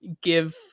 give